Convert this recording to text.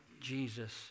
Jesus